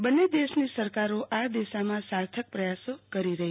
બંન્ને દેશની સરકારો આ દિશામાં સાર્થક પ્રયાસો કરી રહી છે